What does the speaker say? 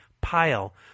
pile